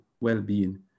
well-being